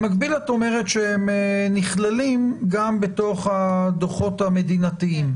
במקביל את אומרת שהם נכללים גם בתוך הדוחות המדינתיים.